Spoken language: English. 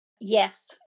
yes